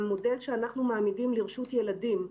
המודל שאנחנו מעמידים לרשות ילדים,